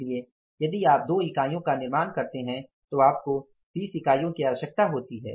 इसलिए यदि आप 2 इकाइयों का निर्माण करते हैं तो आपको 20 इकाइयों की आवश्यकता होती है